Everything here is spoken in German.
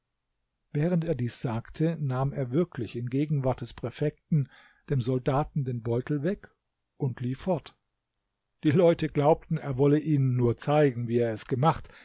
während er dies sagte nahm er wirklich in gegenwart des präfekten dem soldaten den beutel weg und lief fort die leute glaubten er wolle ihnen nur zeigen wie er es gemacht